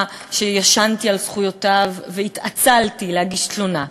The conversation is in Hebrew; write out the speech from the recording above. ש"ישנתי על זכויותי" והתעצלתי להגיש תלונה,